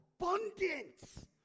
abundance